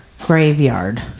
graveyard